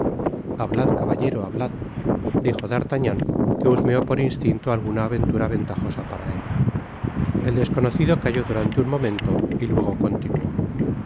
hablad caballero hablad dijo d'artagnan que husmeó por instinto alguna aventura ventajosa para él el desconocido calló durante un momento y luego continuó